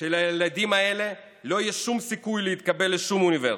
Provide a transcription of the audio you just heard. שלילדים האלה לא יהיה שום סיכוי להתקבל לשום אוניברסיטה,